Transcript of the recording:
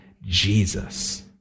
Jesus